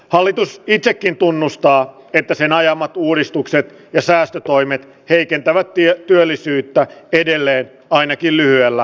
hallitus pyytäkin tunnustaa että sen ajamat uudistukset ja säästötoimet heikentävät työllisyyttä edelleen ainakin lyhyellä